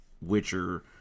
Witcher